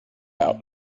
out